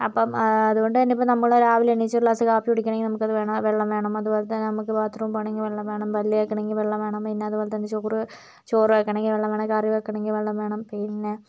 അപ്പം അത്കൊണ്ട് തന്നേ നമ്മൾ രാവിലെ എണീറ്റ് ഒരു ഗ്ലാസ് കാപ്പി കുടിക്കണമെങ്കിൽ നമുക്കത് വേണം വെള്ളം വേണം അതുപോലെതന്നെ നമുക്ക് ബാത്റൂമിൽ പോകണമെങ്കിൽ വെള്ളം വേണം പല്ല് തേക്കണമെങ്കിൽ വെള്ളം വേണം പിന്നേ അത് പോലെ തന്നേ ചോറ് ചോറ് വെക്കണമെങ്കിൽ വെള്ളം വേണം കറി വെക്കണമെങ്കിൽ വെള്ളം വേണം പിന്നേ